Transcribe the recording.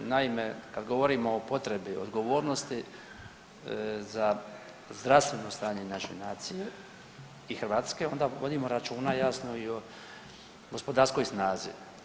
Naime, kad govorimo o potrebi, odgovornosti za zdravstveno stanje naše nacije i Hrvatske onda vodimo računa jasno i o gospodarskoj snazi.